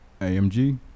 AMG